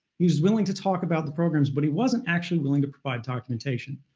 he was willing to talk about the programs, but he wasn't actually willing to provide documentation.